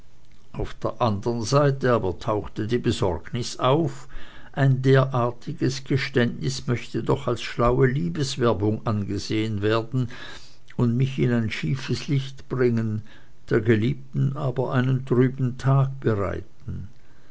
auf der anderen seite aber tauchte die besorgnis auf ein derartiges geständnis möchte doch als schlaue liebeswerbung angesehen werden und mich in ein schiefes licht bringen der geliebten aber einen trüben tag bereiten